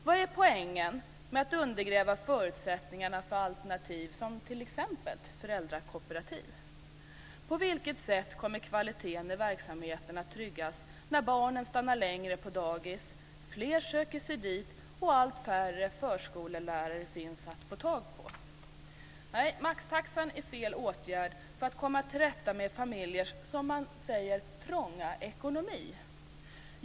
Vad är poängen med att undergräva förutsättningarna för alternativ, t.ex. föräldrakooperativ? På vilket sätt kommer kvaliteten i verksamheten att tryggas när barnen stannar längre på dagis, fler söker sig dit och allt förre förskollärare finns att få tag på? Nej, maxtaxan är fel åtgärd för att komma till rätta med familjers, som man säger, trånga ekonomi.